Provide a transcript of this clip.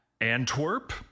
Antwerp